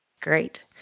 Great